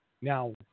Now